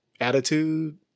attitude